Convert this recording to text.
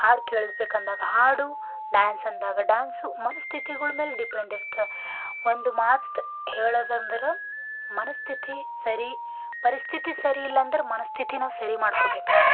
ಹಾಡು ಕೇಳ್ಬೇಕು ಅಂದಾಗ ಹಾಡು ಡಾನ್ಸ್ ಅಂದಾಗ ಡಾನ್ಸು ಮನಸ್ಥಿತಿಗಳು ಮೇಲೆ ಡಿಪೆಂಡ್ ಇರ್ತದ ಒಂದು ಮಾತು ಹೇಳೋದಂದ್ರೆ ಮನಸ್ಥಿತಿ ಸರಿ ಪರಿಸ್ಥಿತಿ ಸರಿಯಿಲ್ಲ ಅಂದ್ರೆ ಮನಸ್ಥಿತಿನೂ ಸರಿಮಾಡ್ಕೊಬೇಕಂತ